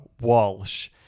Walsh